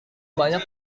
banyak